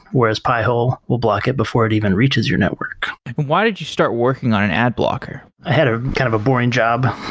whereas pi-hole will block it before it even reaches your network why did you start working on an ad blocker? i had a kind of boring job,